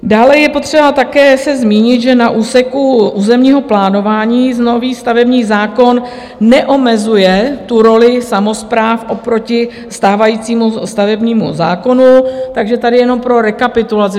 Dále je potřeba také se zmínit, že na úseku územního plánování nový stavební zákon neomezuje roli samospráv oproti stávajícímu stavebnímu zákonu, takže tady jenom pro rekapitulaci.